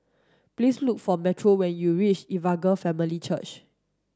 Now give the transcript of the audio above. please look for Metro when you reach Evangel Family Church